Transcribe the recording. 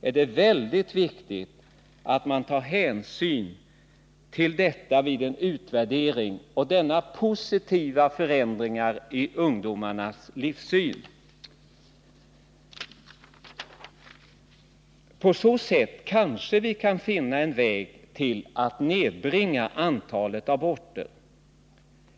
Det är väldigt viktigt att man vid en utvärdering tar hänsyn till denna positiva förändring i ungdomarnas livssyn. På så sätt kanske vi kan finna en väg till att nedbringa antalet aborter.